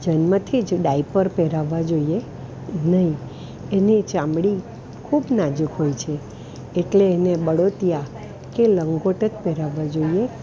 જન્મથી જ ડાઇપર પહેરાવવાં જોઈએ નહીં એની ચામડી ખૂબ નાજુક હોય છે એટલે એને બાળોતિયાં કે લંગોટ જ પહેરાવવાં જોઈએ